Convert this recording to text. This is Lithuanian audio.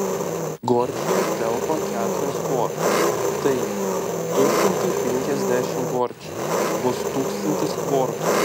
gorčiuje telpa keturios kvortos taigi du šimtai penkiasdešimt gorčių bus tūkstantis kvortų